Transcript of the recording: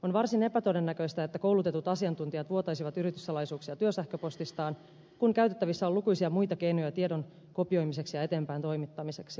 on varsin epätodennäköistä että koulutetut asiantuntijat vuotaisivat yrityssalaisuuksia työsähköpostistaan kun käytettävissä on lukuisia muita keinoja tiedon kopioimiseksi ja eteenpäin toimittamiseksi